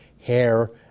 hair